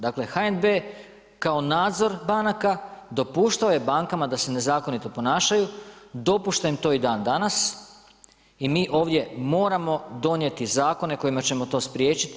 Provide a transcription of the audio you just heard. Dakle HNB kao nadzor banaka dopuštao je bankama da se nezakonito ponašaju, dopušta im to i dan danas i mi ovdje moramo donijeti zakone kojima ćemo to spriječiti.